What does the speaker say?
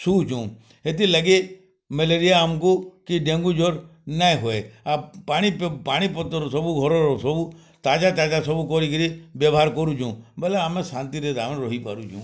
ଶୁଉଛୁଁ ହେତିର୍ ଲାଗି ମେଲେରିଆ ଆମକୁ କି ଡେଙ୍ଗୁ ଜ୍ୱର୍ ନାଇଁ ହୁଏ ଆର୍ ପାଣି ପାଣିପତର୍ ସବୁ ଘରର୍ ସବୁ ତାଜା ତାଜା ସବୁ କରିକିରି ବ୍ୟବହାର କରୁଛୁଁ ବୋଲେ ଶାନ୍ତିରେ ତାମାନେ ରହିପାରୁଛୁଁ